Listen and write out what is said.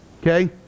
okay